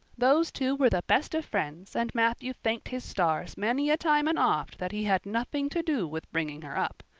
those two were the best of friends and matthew thanked his stars many a time and oft that he had nothing to do with bringing her up.